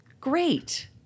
great